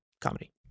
comedy